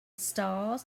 stars